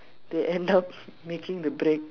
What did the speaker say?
they end up making the break